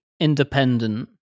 independent